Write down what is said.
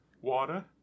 Water